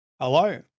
Hello